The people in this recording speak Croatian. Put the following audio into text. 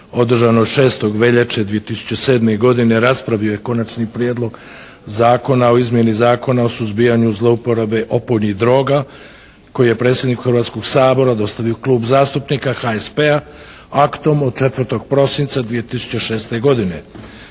održanoj 6. veljače 2007. godine raspravio je Konačni prijedlog zakona o izmjeni Zakona o suzbijanju zlouporabe opojnih droga koji je predsjedniku Hrvatskog sabora dostavio Klub zastupnika HSP-a aktom od 4. prosinca 2006. godine.